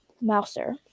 mouser